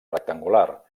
rectangular